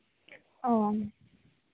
ᱚᱻ